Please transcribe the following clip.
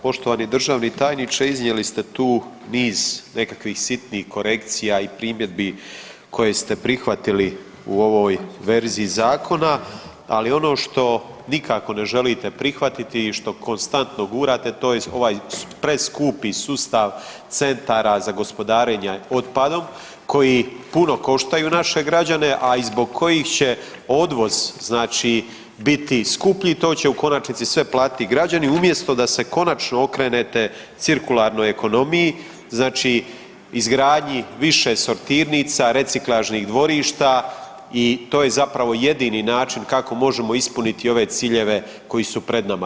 Poštovani državni tajniče, iznijeli ste tu niz nekakvih sitnih korekcija i primjedbi koje ste prihvatili u ovoj verziji zakona, ali ono što nikako ne želite prihvatiti i što konstantno gurate, to je ovaj preskupi sustav centara za gospodarenje otpadom koji puno koštaju naše građane, a i zbog kojih će odvoz znači, biti skuplji, to će u konačnici sve platiti građani, umjesto da se konačno okrenete cirkularnoj ekonomiji, znači izgradnji više sortirnica, reciklažnih dvorišta i to je zapravo jedini način kako možemo ispuniti ove ciljeve koji su pred nama.